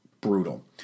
brutal